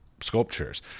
sculptures